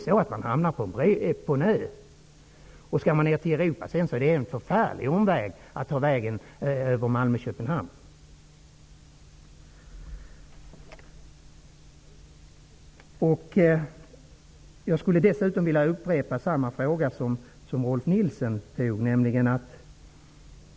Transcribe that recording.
De hamnar ju på en ö, och det är en lång omväg att åka över Malmö-Köpenhamn om de skall ner till Jag skulle dessutom vilja upprepa den fråga som Rolf L Nilson ställde.